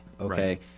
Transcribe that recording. okay